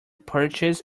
purchase